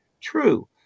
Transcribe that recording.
true